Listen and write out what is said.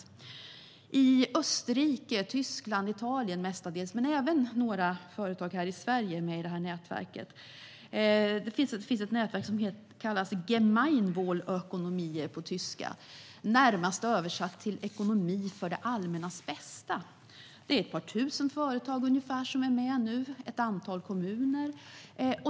Det finns ett nätverk som kallas Gemeinwohl-Ökonomie - närmast översatt som ekonomi för det allmänna bästa - som har medlemmar framför allt i Österrike, Tyskland och Italien, men även några svenska företag är med. Det är i nuläget ett par tusen företag som är med, liksom ett antal kommuner.